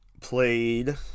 played